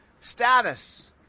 status